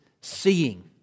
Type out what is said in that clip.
seeing